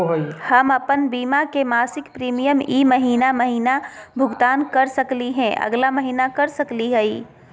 हम अप्पन बीमा के मासिक प्रीमियम ई महीना महिना भुगतान कर सकली हे, अगला महीना कर सकली हई?